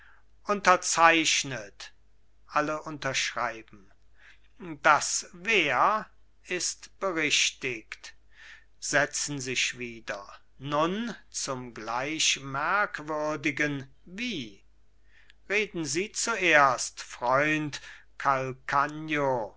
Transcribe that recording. unterzeichnet alle unterschreiben das wer ist berichtigt setzen sich wieder nun zum gleich merkwürdigen wie reden sie zuerst freund